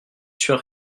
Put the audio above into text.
sûr